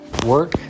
work